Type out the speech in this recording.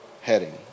heading